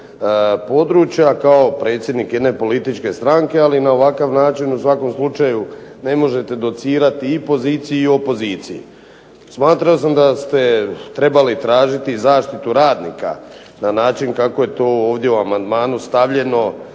područja kao predsjednik jedne političke stranke, ali na ovakav način u svakom slučaju ne možete docirati i poziciji i opoziciji. Smatrao sam da ste trebali tražiti zaštitu radnika na način kako je to ovdje u amandmanu stavljeno